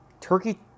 Turkey